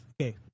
Okay